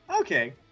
okay